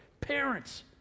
parents